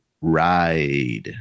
ride